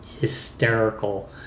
hysterical